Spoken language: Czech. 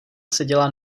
seděla